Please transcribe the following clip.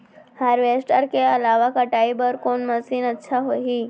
Harvester के अलावा कटाई बर कोन मशीन अच्छा होही?